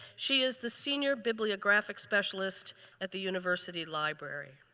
she is the senior bibliographic specialist at the university library.